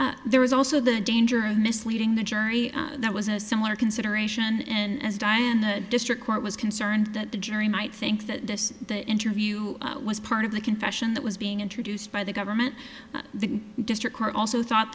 accept there was also the danger of misleading the jury that was a similar consideration as diane the district court was concerned that the jury might think that the interview was part of the confession that was being introduced by the government the district court also thought